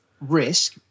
risk